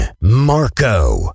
Marco